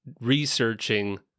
researching